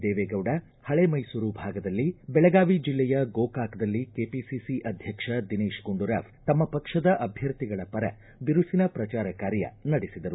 ದೇವೇಗೌಡ ಹಳೇ ಮೈಸೂರು ಭಾಗದಲ್ಲಿ ಬೆಳಗಾವಿ ಜಿಲ್ಲೆಯ ಗೋಕಾಕದಲ್ಲಿ ಕೆಪಿಸಿಸಿ ಅಧ್ಯಕ್ಷ ದಿನೇತ್ ಗುಂಡೂರಾವ್ ತಮ್ಮ ಪಕ್ಷದ ಅಭ್ಯರ್ಥಿಗಳ ಪರ ಬಿರುಸಿನ ಪ್ರಚಾರ ಕಾರ್ಯ ನಡೆಸಿದರು